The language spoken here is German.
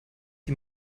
die